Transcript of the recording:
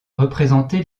représenté